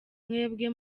mwebwe